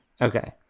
Okay